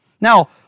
Now